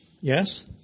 yes